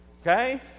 Okay